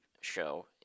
show